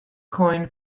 coin